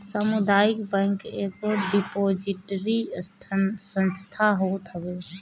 सामुदायिक बैंक एगो डिपोजिटरी संस्था होत हवे